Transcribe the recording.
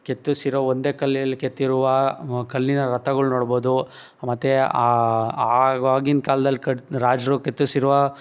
ಕೆತ್ತಿಸಿರೋ ಒಂದೇ ಕಲ್ಲಿನಲ್ಲಿ ಕೆತ್ತಿರುವ ಕಲ್ಲಿನ ರಥಗಳು ನೋಡ್ಬೋದು ಮತ್ತು ಆವಾಗಿನ ಕಾಲದಲ್ಲಿ ಕಟ್ ರಾಜರು ಕೆತ್ತಿಸಿರುವ